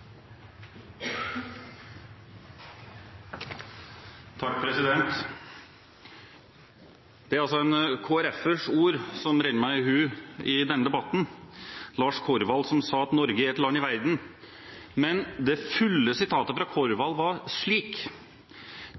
en Kristelig Folkeparti-representants ord som rinner meg i hu i denne debatten; Lars Korvald som sa at Norge er et land i verden. Men det fulle sitatet fra Korvald var slik: